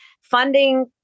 funding